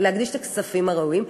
להקדיש את הכספים הראויים.